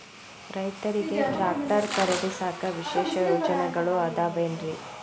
ರೈತರಿಗೆ ಟ್ರ್ಯಾಕ್ಟರ್ ಖರೇದಿಸಾಕ ವಿಶೇಷ ಯೋಜನೆಗಳು ಅದಾವೇನ್ರಿ?